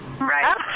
right